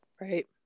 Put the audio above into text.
right